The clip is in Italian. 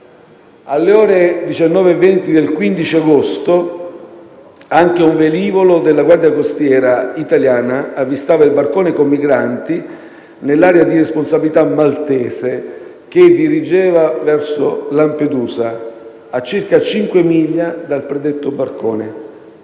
Alle ore 19,20 del 15 agosto anche un velivolo della Guardia costiera italiana avvistava il barcone con i migranti nell'area di responsabilità maltese che dirigeva verso Lampedusa, a circa 5 miglia dal predetto barcone.